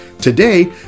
Today